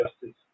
justice